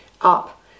up